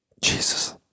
Jesus